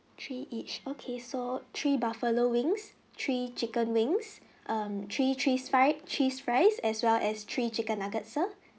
three each okay so three buffalo wings three chicken wings um three threes fried cheese fries as well as three chicken nuggets sir